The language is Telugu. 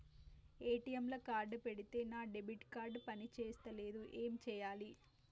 ఏ.టి.ఎమ్ లా కార్డ్ పెడితే నా డెబిట్ కార్డ్ పని చేస్తలేదు ఏం చేయాలే?